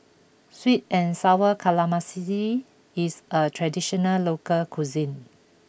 Sweet and Sour Calamari is a traditional local cuisine